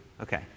okay